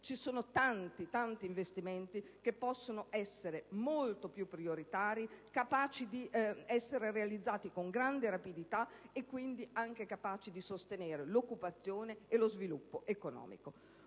Ci sono tanti, tanti investimenti che possono essere molto più prioritari, capaci di essere realizzati con grande rapidità e quindi anche in grado di sostenere l'occupazione e lo sviluppo economico.